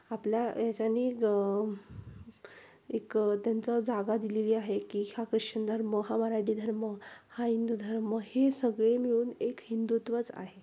आपल्या याच्यानी ग एक त्यांचा जागा दिलेली आहे की हा ख्रिश्चन धर्म हा मराठी धर्म हा हिंदू धर्म हे सगळे मिळून एक हिंदुत्वच आहे